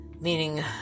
meaning